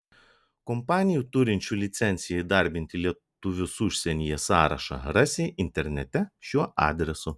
kompanijų turinčių licenciją įdarbinti lietuvius užsienyje sąrašą rasi internete šiuo adresu